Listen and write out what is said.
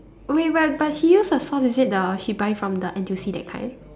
oh wait but but she use the sauce is it the she buy from the N_T_U_C that kind